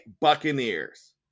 Buccaneers